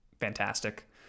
fantastic